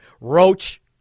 Roach